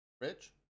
Rich